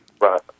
Right